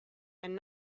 and